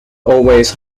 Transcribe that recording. always